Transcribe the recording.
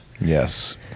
Yes